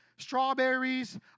strawberries